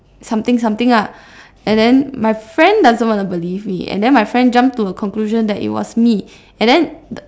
something something lah and then my friend doesn't want to believe me and then my friend jump to a conclusion that it was me and then the